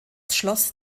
schloss